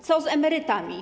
Co z emerytami?